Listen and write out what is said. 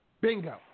Bingo